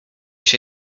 się